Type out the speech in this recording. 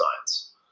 science